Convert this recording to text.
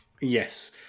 Yes